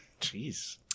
Jeez